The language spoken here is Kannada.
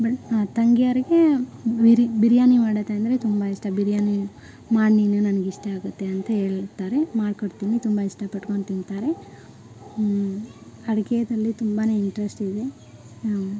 ಬಟ್ ತಂಗಿಯರಿಗೆ ಬಿರಿ ಬಿರಿಯಾನಿ ಮಾಡೋದಂದರೆ ತುಂಬ ಇಷ್ಟ ಬಿರಿಯಾನಿ ಮಾಡು ನೀನು ನನ್ಗೆ ಇಷ್ಟ ಆಗುತ್ತೆ ಅಂತ ಹೇಳ್ತಾರೆ ಮಾಡಿಕೊಡ್ತೀನಿ ತುಂಬ ಇಷ್ಟಪಡ್ಕೊಂಡು ತಿಂತಾರೆ ಹ್ಞೂ ಅಡ್ಗೆಯಲ್ಲಿ ತುಂಬಾ ಇಂಟ್ರೆಸ್ಟ್ ಇದೆ